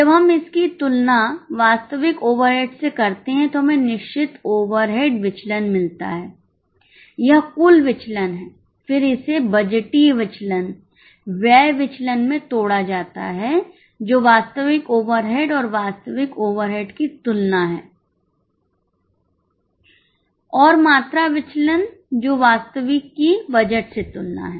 जब हम इसकी तुलना वास्तविक ओवरहेड से करते हैं तो हमें निश्चित ओवरहेड विचलन मिलता है यह कुल विचलन है फिर इसे बजटीय विचलन व्यय विचलन में तोड़ा जाता है जो वास्तविक ओवरहेड और वास्तविक ओवरहेड की तुलना है और मात्रा विचलन जो वास्तविक की बजट से तुलना है